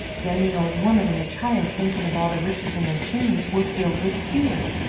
then the old woman and the child thinking of all the riches in their chimney were filled with fear.